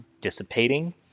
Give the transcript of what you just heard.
dissipating